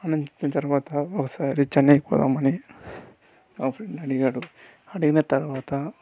ఆనందించిన తర్వాత ఒకసారి చెన్నైకి పోదాం అని మా ఫ్రెండ్ అడిగాడు అడిగిన తర్వాత